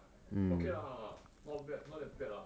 okay lah not bad not that bad lah